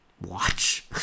watch